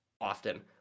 often